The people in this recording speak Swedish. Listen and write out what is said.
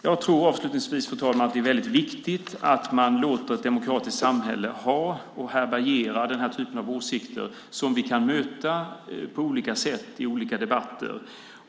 Jag tror, allra sist, fru talman, att det är viktigt att man låter ett demokratiskt samhälle ha och härbärgera den här typen av åsikter som vi kan möta på olika sätt i olika debatter.